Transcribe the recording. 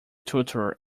tutor